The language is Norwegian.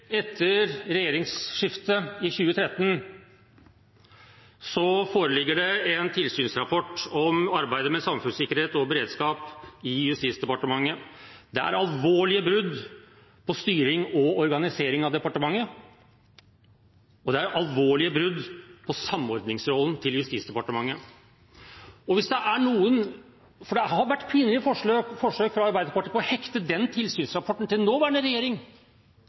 en tilsynsrapport om arbeidet med samfunnssikkerhet og beredskap i Justisdepartementet. Det er alvorlige brudd på styring og organisering av departementet, og det er alvorlige brudd på samordningsrollen til Justisdepartementet. Det har vært pinlige forsøk fra Arbeiderpartiet på å hekte den tilsynsrapporten til nåværende regjering,